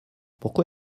pourquoi